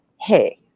hey